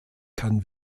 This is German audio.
kann